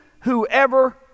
whoever